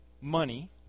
money